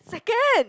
second